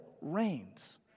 reigns